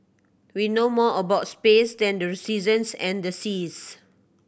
we know more about space than the seasons and the seas